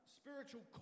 spiritual